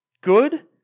Good